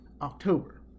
October